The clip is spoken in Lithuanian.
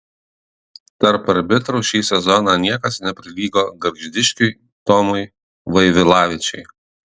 tarp arbitrų šį sezoną niekas neprilygo gargždiškiui tomui vaivilavičiui